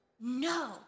no